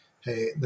hey